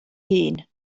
hun